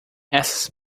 essas